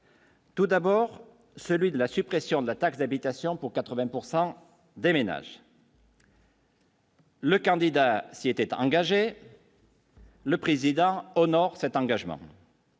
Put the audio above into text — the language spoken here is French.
Tout d'abord, celui de la suppression de la taxe d'habitation pour 80 pourcent des ménages. Le candidat s'y était engagé. Le président au nord cet engagement.